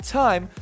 time